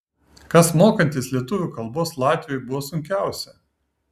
kas mokantis lietuvių kalbos latviui buvo sunkiausia